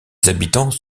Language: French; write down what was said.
habitants